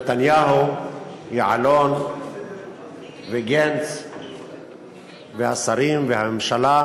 נתניהו, יעלון וגנץ והשרים והממשלה,